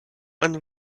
and